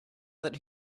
that